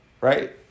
right